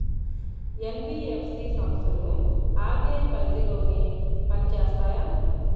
NBFC సంస్థలు RBI పరిధిలోనే పని చేస్తాయా?